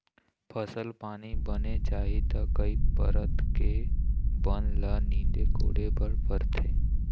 फसल पानी बने चाही त कई परत के बन ल नींदे कोड़े बर परथे